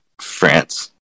france